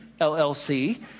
LLC